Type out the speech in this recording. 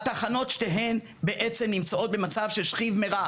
שתי התחנות בעצם נמצאות במצב של שכיב מרע.